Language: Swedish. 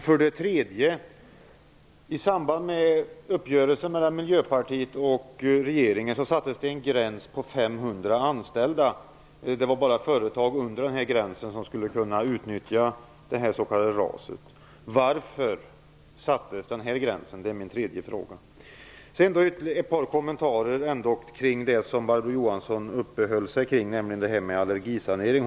För det tredje: I samband med uppgörelsen mellan Miljöpartiet och regeringen sattes en gräns vid 500 anställda för företag som skulle kunna utnyttja RAS. Varför sattes den gränsen? Jag vill också göra ett par kommentarer kring det som Barbro Johansson uppehöll sig vid, nämligen allergisaneringen.